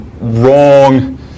wrong